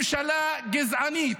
ממשלה גזענית,